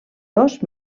dos